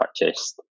purchased